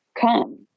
come